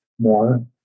more